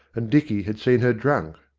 and dicky had seen her drunk.